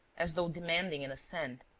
as though demanding an assent,